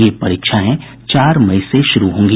ये परीक्षाएं चार मई से शुरू होंगी